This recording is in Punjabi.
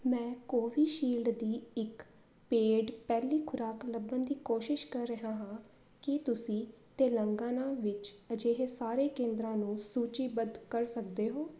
ਮੈਂ ਕੋਵਿਸ਼ੀਲਡ ਦੀ ਇੱਕ ਪੇਡ ਪਹਿਲੀ ਖੁਰਾਕ ਲੱਭਣ ਦੀ ਕੋਸ਼ਿਸ਼ ਕਰ ਰਿਹਾ ਹਾਂ ਕੀ ਤੁਸੀਂ ਤੇਲੰਗਾਨਾ ਵਿੱਚ ਅਜਿਹੇ ਸਾਰੇ ਕੇਂਦਰਾਂ ਨੂੰ ਸੂਚੀਬੱਧ ਕਰ ਸਕਦੇ ਹੋ